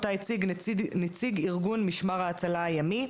אותה הציג נציג ארגון משמר ההצלה הימי.